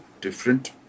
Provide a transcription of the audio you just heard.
different